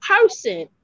person